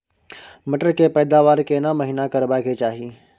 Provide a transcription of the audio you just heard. मटर के पैदावार केना महिना करबा के चाही?